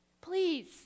please